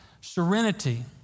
serenity